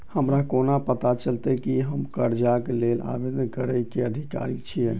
हमरा कोना पता चलतै की हम करजाक लेल आवेदन करै केँ अधिकारी छियै?